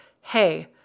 hey